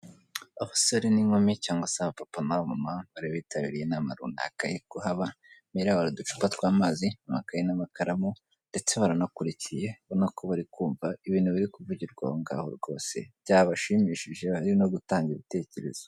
Abasore n'inkumi cyangwa se abapapa n'abamama bari bitabiriye inama runaka iri kuhaba rero hari uducupa tw'amazi, amakaye n'amakaramu ndetse baranakurikiye ubona ko barikumva ibintu biri kuvugirwa aho ngaho rwose byabashimishije bari no gutanga ibitekerezo.